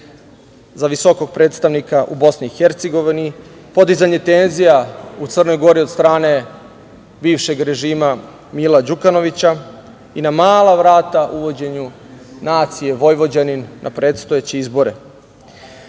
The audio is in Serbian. za visokog predstavnika u Bosni i Hercegovini, podizanje tenzija u Crnoj Gori od strane bivšeg režima Mila Đukanovića i na mala vrata uvođenje nacije – Vojvođanin na predstojeće izbore. Ako